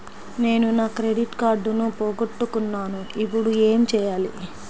నేను నా క్రెడిట్ కార్డును పోగొట్టుకున్నాను ఇపుడు ఏం చేయాలి?